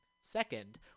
Second